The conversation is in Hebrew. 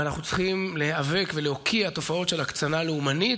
ואנחנו צריכים להיאבק ולהוקיע תופעות של הקצנה לאומנית,